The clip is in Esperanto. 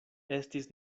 estis